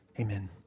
Amen